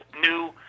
new